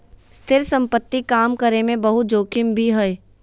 स्थिर संपत्ति काम करे मे बहुते जोखिम भी हय